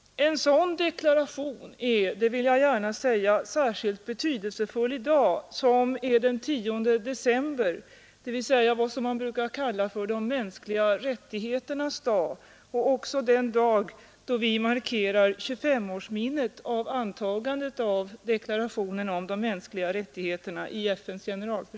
En sådan deklaration är — det vill jag gärna säga — särskilt betydelsefull i dag den 10 december, dvs. den dag som man brukar kalla för De mänskliga rättigheternas dag. I dag markerar vi också 2S-årsminnet av antagandet i FNs generalförsamling av deklarationen om de mänskliga rättigheterna.